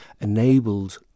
enabled